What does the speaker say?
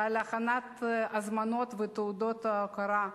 על הכנת ההזמנות ותעודות ההוקרה,